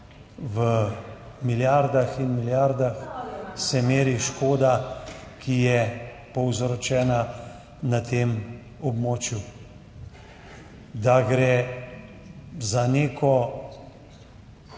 v milijardah in milijardah se meri škoda, ki je povzročena na tem območju. Da gre za neko